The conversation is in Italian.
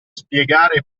spiegare